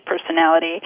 personality